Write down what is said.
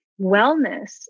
wellness